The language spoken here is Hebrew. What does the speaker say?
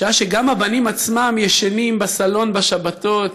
בשעה שגם הבנים עצמם ישנים בסלון בשבתות,